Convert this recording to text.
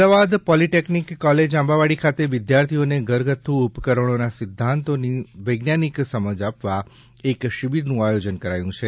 Ahmedabad polytechnic college Ambawadi ખાતે વિદ્યાર્થીઓને ઘરગથ્થ્ ઉપકરણોના સિધ્ધાંતોની વૈજ્ઞાનિક સમજ આપવા એક શિબિરનું આયોજન કરાયું છે